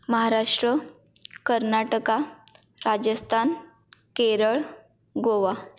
Maharashtra Karnataka Rajasthan Kerala Goa